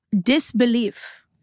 disbelief